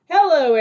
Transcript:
Hello